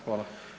Hvala.